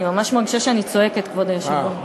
אני ממש מרגישה שאני צועקת, כבוד היושב-ראש.